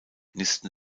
nisten